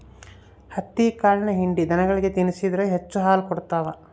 ಹತ್ತಿಕಾಳಿನ ಹಿಂಡಿ ದನಗಳಿಗೆ ತಿನ್ನಿಸಿದ್ರ ಹೆಚ್ಚು ಹಾಲು ಕೊಡ್ತಾವ